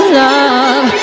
love